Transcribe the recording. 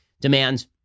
demands